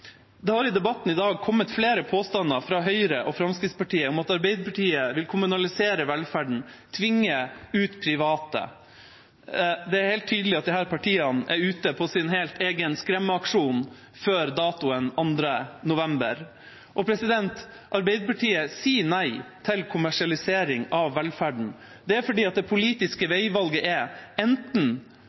Det har i debatten i dag kommet flere påstander fra Høyre og Fremskrittspartiet om at Arbeiderpartiet vil kommunalisere velferden, tvinge ut private. Det er helt tydelig at disse partiene er ute på sin helt egen skremmeaksjon før datoen 2. november. Arbeiderpartiet sier nei til kommersialisering av velferden, det er fordi det politiske veivalget enten er